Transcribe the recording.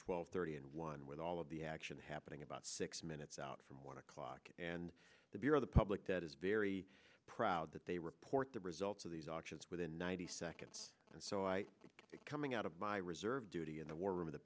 twelve thirty and one with all of the action happening about six minutes out from one o'clock and the bureau the public that is very proud that they report the results of these options within ninety seconds and so i coming out of my reserve duty in the war room of the